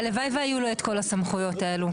הלוואי והיו לו את כל הסמכויות האלה.